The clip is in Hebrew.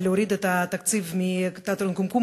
להוריד את התקציב מתיאטרון "קומקום",